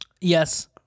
Yes